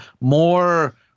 more